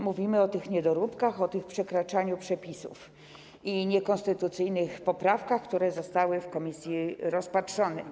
Mówimy o tych niedoróbkach, o tym przekraczaniu przepisów i niekonstytucyjnych poprawkach, które zostały w komisji rozpatrzone.